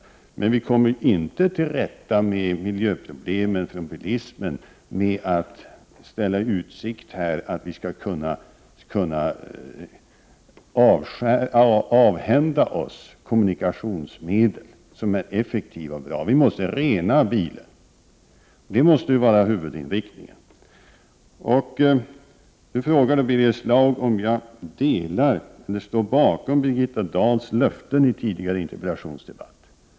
Men vi kommer inte till rätta med miljöproblemen till följd av bilismen genom att avhända oss kommunikationsmedel som är effektiva och bra. Vi måste rena bilen, det måste vara huvudinriktningen. Birger Schlaug frågade om jag står bakom Birgitta Dahls löften i en tidigare interpellationsdebatt.